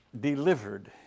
delivered